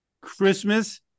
Christmas